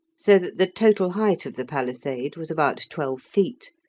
so that the total height of the palisade was about twelve feet,